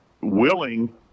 willing